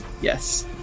Yes